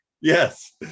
Yes